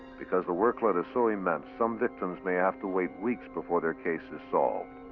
because the workload is so immense, some victims may have to wait weeks before their case is solved.